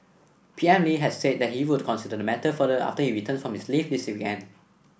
P M Lee has said that he would consider the matter further after he returns from his leave this weekend